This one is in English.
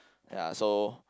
ya so